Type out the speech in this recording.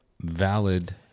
valid